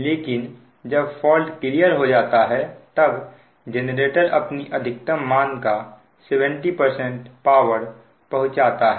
लेकिन जब fault clear हो जाता है तब जेनरेटर अपने अधिकतम मान का 70 पावर पहुँचाता है